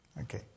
Okay